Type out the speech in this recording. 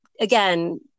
again